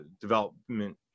development